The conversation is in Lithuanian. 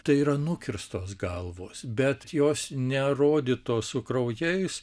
tai yra nukirstos galvos bet jos nerodytos su kraujais